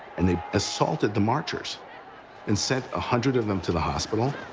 and they assaulted the marchers and sent a hundred of them to the hospital.